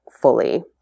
fully